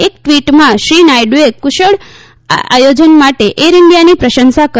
એક ટ્વીટમાં શ્રી નાયડુએ કુશળ આયોજન માટે એર ઇન્ઠીયાની પ્રશંસા કરી